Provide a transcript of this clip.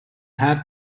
have